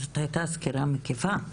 זו הייתה סקירה מקיפה.